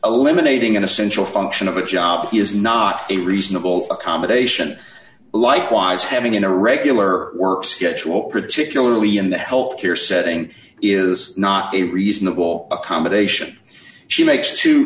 eliminating an essential function of a job he is not a reasonable accommodation likewise having a regular work schedule particularly in the health care setting is not a reasonable accommodation she makes two